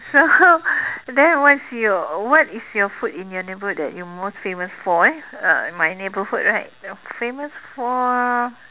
so then was your what is your food in your neighbourhood that you most famous for eh uh in my neighbourhood right famous for